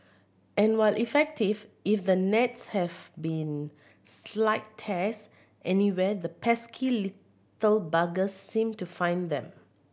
and while effective if the nets have been slight tears anywhere the pesky little buggers seem to find them